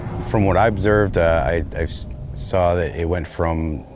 from what i observed, i saw that it went from,